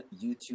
YouTube